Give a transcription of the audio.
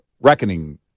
reckoning